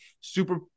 Super